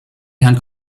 herrn